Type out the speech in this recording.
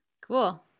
Cool